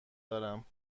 دارم